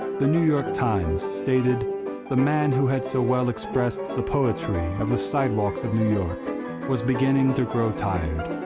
the new york times stated the man who had so well expressed the poetry of the sidewalks of new york was beginning to grow tired.